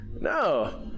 No